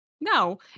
No